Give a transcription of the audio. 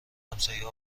همسایه